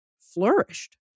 flourished